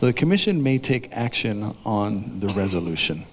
the commission may take action on the resolution